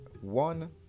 One